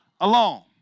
alone